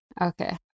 Okay